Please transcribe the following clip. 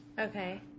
Okay